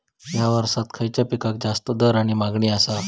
हया वर्सात खइच्या पिकाक जास्त दर किंवा मागणी आसा?